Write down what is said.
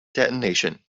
detonation